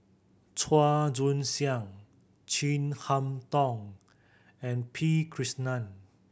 Chua Joon Siang Chin Harn Tong and P Krishnan